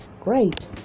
great